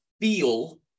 feel